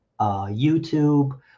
YouTube